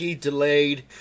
delayed